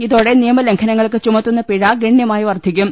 ഇതോടെ നിയമലംഘനങ്ങൾക്ക് ചുമത്തുന്ന പിഴ ഗണ്യമായി വർധി ക്കും